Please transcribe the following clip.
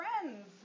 friends